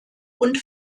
und